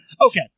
Okay